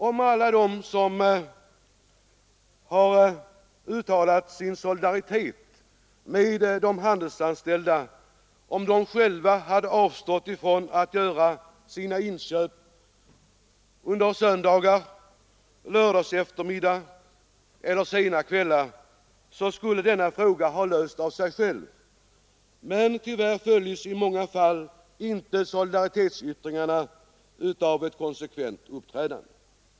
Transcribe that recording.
Om alla de som har uttalat sin solidaritet med de handelsanställda själva hade avstått från att göra sina inköp under söndagar, lördagseftermiddagar och sena kvällar skulle denna fråga ha lösts av sig själv. Men tyvärr följs i många fall inte solidaritetsyttringarna av ett konsekvent uppträdande.